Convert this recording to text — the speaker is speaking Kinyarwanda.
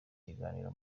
biganiro